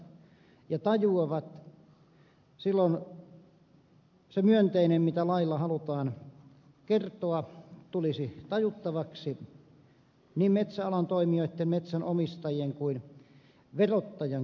silloin se myönteinen mitä lailla halutaan kertoa tulisi tajuttavaksi niin metsäalan toimijoitten metsänomistajien kuin verottajankin kesken